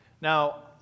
Now